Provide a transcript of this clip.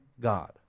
God